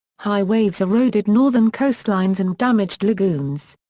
high waves eroded northern coastlines and damaged lagoons.